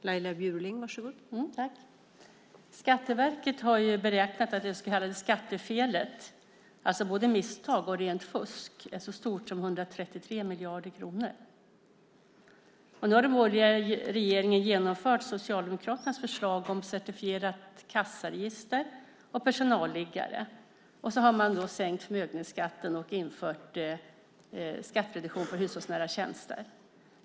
Fru talman! Skatteverket har beräknat att det så kallade skattefelet, alltså både misstag och rent fusk, är så stort som 133 miljarder kronor. Nu har den borgerliga regeringen genomfört Socialdemokraternas förslag om certifierat kassaregister och personalliggare, och så har man sänkt förmögenhetsskatten och infört skattereduktion för hushållsnära tjänster.